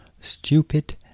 Stupid